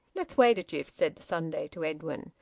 let's wait a jiff, said the sunday to edwin,